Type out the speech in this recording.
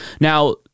Now